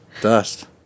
Dust